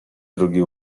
drugi